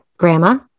grandma